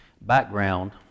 background